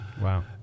Wow